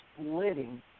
splitting